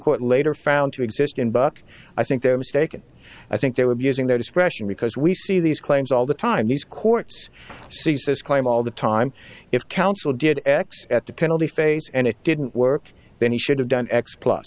court later found to exist in book i think they're mistaken i think they're abusing their discretion because we see these claims all the time these courts see says claim all the time if counsel did x at the penalty phase and it didn't work then he should have done x plus